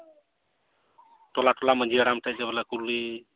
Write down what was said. ᱴᱚᱞᱟ ᱴᱚᱞᱟ ᱢᱟᱺᱡᱷᱤ ᱦᱟᱲᱟᱢ ᱴᱷᱮᱱ ᱫᱚ ᱵᱚᱞᱮ ᱠᱩᱞᱤ